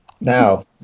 now